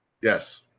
Yes